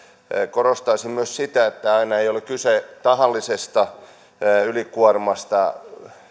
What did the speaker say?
korostaisin myös sitä että aina ei ole kyse tahallisesta ylikuormasta